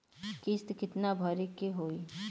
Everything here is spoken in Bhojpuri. किस्त कितना भरे के होइ?